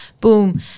Boom